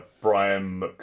Brian